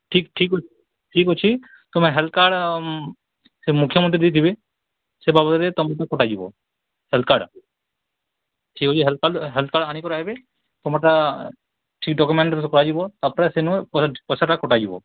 ଠିକ୍ ଠିକ୍ ଠିକ୍ ଅଛି ତୁମେ ହାଲକା ସେ ବାବଦରେ ତୁମକୁ କୁହାଯିବ କଟାଯିବ